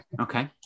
okay